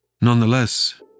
Nonetheless